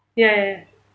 ya ya